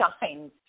signs